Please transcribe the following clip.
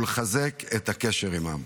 ולחזק את הקשר עימם.